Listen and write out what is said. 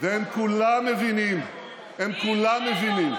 והם כולם מבינים, הם כולם מבינים,